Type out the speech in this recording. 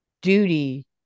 duty